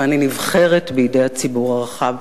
ואני נבחרת בידי הציבור הרחב.